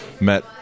met